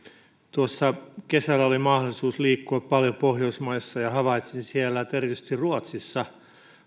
tuossa kesällä oli mahdollisuus liikkua paljon pohjoismaissa ja havaitsin siellä että erityisesti ruotsissa